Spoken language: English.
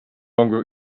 longer